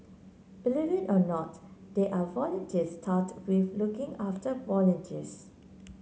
believe it or not there are volunteers tasked with looking after volunteers